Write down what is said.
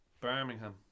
Birmingham